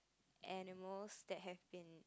animals that have been